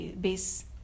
base